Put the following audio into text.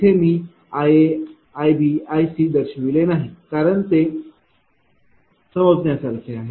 इथे मी iA iBiC दर्शविले नाही कारण ते समजण्या सारखे आहे